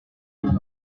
clos